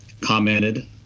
commented